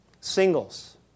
Singles